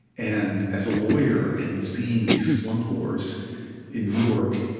and as a lawyer and seeing these slumlords in newark,